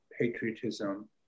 patriotism